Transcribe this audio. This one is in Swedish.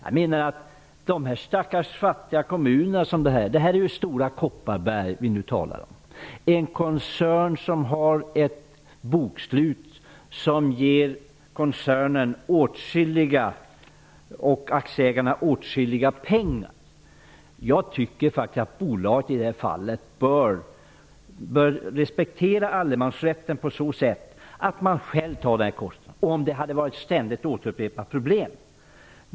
Vi talar nu om Stora Kopparberg, en koncern med ett bokslut som ger både koncernen och dess aktieägare åtskilligt med pengar. Med tanke på de stackars fattiga kommuner det rör sig om, tycker jag att bolaget, i det här fallet, bör respektera allemansrätten genom att självt ta kostnaden. Men det är knappast fråga om ett ständigt återupprepat problem.